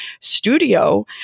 studio